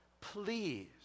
please